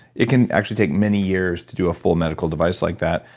it can actually take many years to do a full medical device like that.